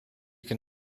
can